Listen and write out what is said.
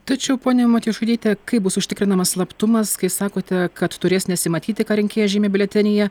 tačiau ponia matjošaityte kaip bus užtikrinamas slaptumas kai sakote kad turės nesimatyti ką rinkėjai žymi biuletenyje